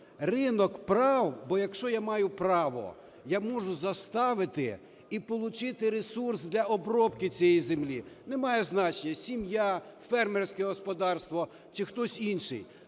ринок прав, бо якщо я маю право, я можу заставити і получити ресурс для обробки цієї землі, не має значення: сім'я, фермерське господарство чи хтось інший.